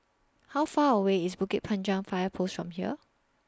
How Far away IS Bukit Panjang Fire Post from here